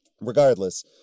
regardless